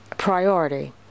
Priority